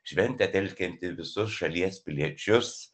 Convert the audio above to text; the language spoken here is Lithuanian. šventė telkianti visus šalies piliečius